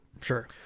Sure